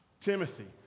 Timothy